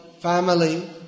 family